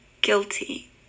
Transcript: guilty